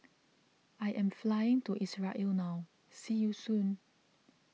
I am flying to Israel now see you soon